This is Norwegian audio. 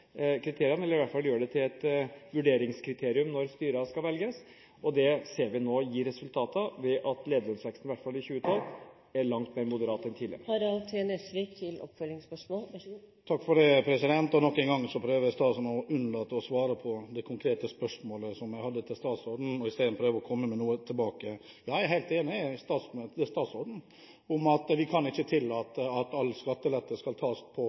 kriteriene – eller i hvert fall gjøre det til et vurderingskriterium når styrer skal velges – og det ser vi nå gir resultater ved at lederlønnsveksten, i hvert fall i 2012, er langt mer moderat enn tidligere. Nok en gang prøver statsråden å unnlate å svare på det konkrete spørsmålet som jeg hadde, og i stedet prøver å komme med noe tilbake. Ja, jeg er helt enig med statsråden i at vi ikke kan tillate at alt skattelette skal tas på